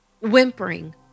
Whimpering